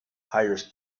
hires